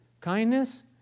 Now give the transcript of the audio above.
Kindness